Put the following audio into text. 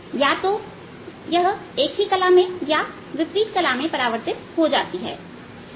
यह या तो एक ही कला में या विपरीत कला में परावर्तित हो जाती है